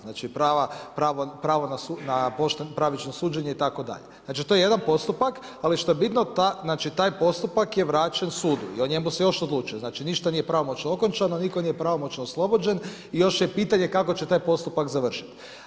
Znači pravo na pravično suđenje itd. znači to je jedan postupak, ali što je bitno taj postupak je vraćen sudu i o njemu se još odlučuje, znači ništa nije pravomoćno okončano, nitko nije pravomoćno oslobođen i još je pitanje kako će taj postupak završit.